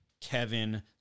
Kevin